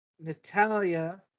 Natalia